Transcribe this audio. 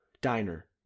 diner